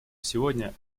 сегодня